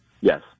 Yes